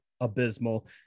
abysmal